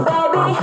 Baby